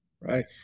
Right